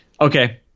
Okay